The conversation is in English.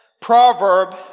Proverb